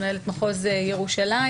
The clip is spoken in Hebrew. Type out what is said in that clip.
מנהלת מחוז ירושלים,